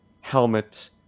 helmet